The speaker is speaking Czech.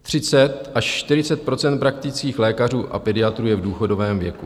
30 až 49 % praktických lékařů a pediatrů je v důchodovém věku.